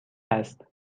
است